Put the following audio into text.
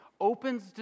opens